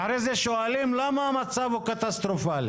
ואחרי זה שואלים למה המצב הוא קטסטרופלי.